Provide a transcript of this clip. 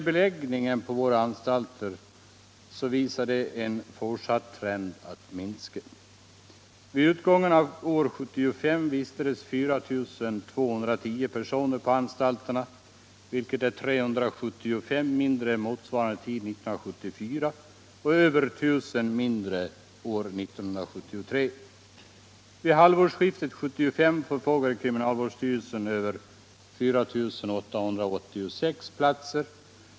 Beläggningen på våra anstalter visar en fortsatt trend att minska. Vid utgången av år 1975 vistades 4 210 personer på anstalterna, vilket är 375 mindre än motsvarande tid 1974 och över 1 000 mindre än år 1973. Vid halvårsskiftet 1975 förfogade kriminalvårdsstyrelsen över 4 886 platser.